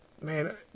Man